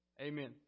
Amen